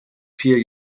vier